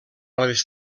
les